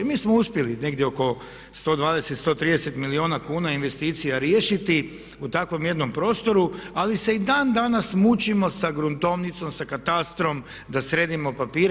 Mi smo uspjeli negdje oko 120, 130 milijuna kuna investicija riješiti u takvom jednom prostoru ali se i dan danas mučimo sa gruntovnicom, sa katastrom da sredimo papire.